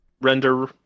Render